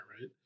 right